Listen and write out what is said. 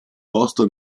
posto